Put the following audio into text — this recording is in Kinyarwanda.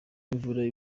imvura